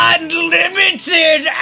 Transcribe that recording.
Unlimited